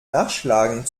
nachschlagen